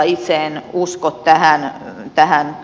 itse en usko tähän skenaarioon